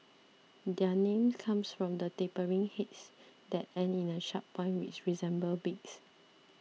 their name comes from their tapering heads that end in a sharp point which resemble beaks